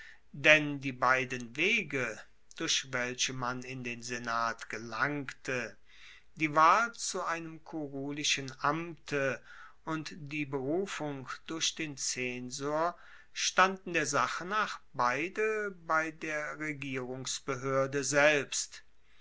denn die beiden wege durch welche man in den senat gelangte die wahl zu einem kurulischen amte und die berufung durch den zensor standen der sache nach beide bei der regierungsbehoerde selbst